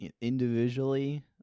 individually